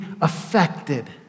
affected